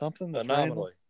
anomaly